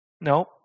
no